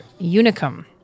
Unicum